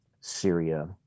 Syria